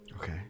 Okay